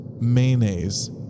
mayonnaise